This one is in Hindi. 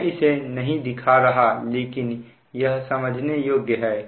मैं इसे नहीं दिखा रहा लेकिन यह समझने योग्य है